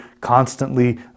constantly